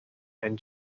and